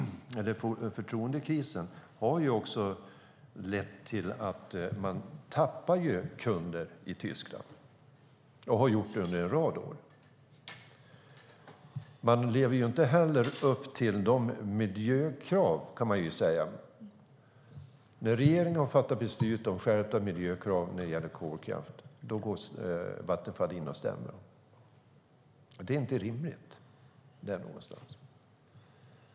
Förtroendekrisen har lett till att Vattenfall tappar kunder i Tyskland och har gjort det under en rad år. Man lever inte heller upp till miljökraven. När regeringen har fattat beslut om skärpta miljökrav för kolkraft går Vattenfall in och stämmer. Det är inte rimligt.